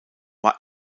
war